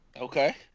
Okay